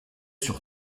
sur